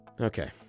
Okay